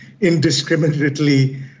indiscriminately